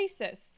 racists